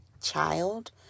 child